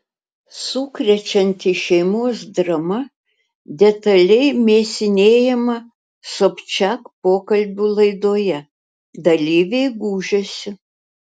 sukrečianti šeimos drama detaliai mėsinėjama sobčiak pokalbių laidoje dalyviai gūžiasi